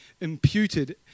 imputed